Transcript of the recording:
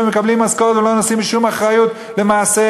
ומקבלים משכורת ולא נושאים בשום אחריות למעשיהם.